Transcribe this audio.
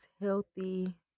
healthy